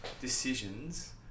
decisions